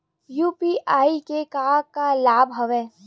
UPI के का का लाभ हवय?